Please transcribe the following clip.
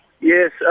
Yes